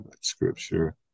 scripture